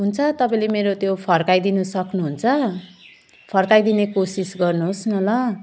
हुन्छ तपाईँले मेरो त्यो फर्काइदिनु सक्नुहुन्छ फर्काइदिने कोसिस गर्नुहोस् न ल